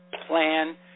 plan